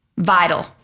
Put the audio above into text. Vital